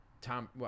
Tom